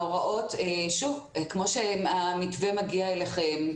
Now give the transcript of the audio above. כמו שהמתווה מגיע אליכם,